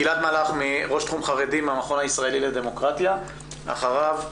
גלעד מלאך ראש תחום חרדים מהמכון הישראלי לדמוקרטיה ואחריו הגב'